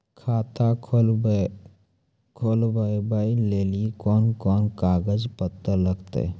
खाता खोलबाबय लेली कोंन कोंन कागज पत्तर लगतै?